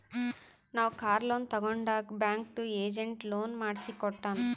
ನಾವ್ car loan ತಗೊಂಡಾಗ್ ಬ್ಯಾಂಕ್ದು ಏಜೆಂಟ್ ಲೋನ್ ಮಾಡ್ಸಿ ಕೊಟ್ಟಾನ್